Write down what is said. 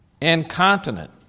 incontinent